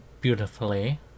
beautifully